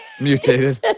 mutated